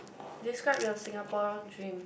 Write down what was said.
describe your Singapore dream